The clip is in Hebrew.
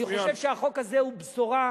אני חושב שהחוק הזה הוא בשורה,